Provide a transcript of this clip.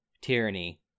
tyranny